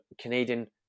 Canadian